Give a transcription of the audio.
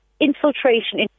infiltration